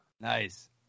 Nice